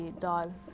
doll